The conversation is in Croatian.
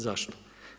Zašto?